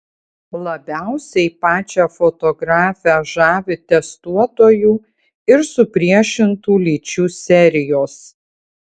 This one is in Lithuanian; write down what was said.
labiausiai pačią fotografę žavi testuotojų ir supriešintų lyčių serijos